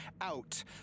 out